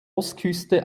ostküste